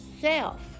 self